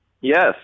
Yes